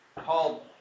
called